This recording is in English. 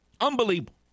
Unbelievable